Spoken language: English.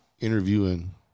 interviewing